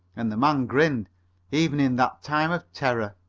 and the man grinned even in that time of terror.